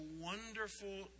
wonderful